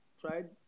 tried